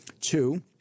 Two